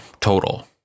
total